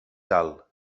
cal